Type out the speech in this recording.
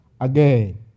again